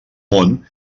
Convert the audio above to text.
món